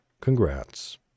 congrats